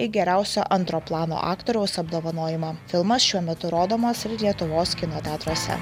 į geriausio antro plano aktoriaus apdovanojimą filmas šiuo metu rodomas ir lietuvos kino teatruose